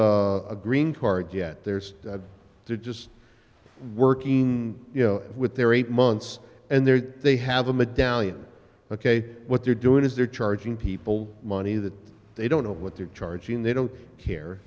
with a green card yet there's they're just working you know with their eight months and there they have a medallion ok what they're doing is they're charging people money that they don't know what they're charging they don't care